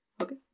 Okay